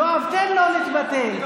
יואב, תן לו להתבטא.